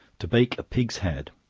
to bake a pig's head.